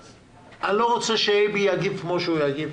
לא רוצה שאייבי יגיב כמו שהוא יגיב.